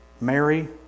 Mary